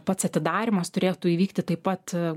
pats atidarymas turėtų įvykti taip pat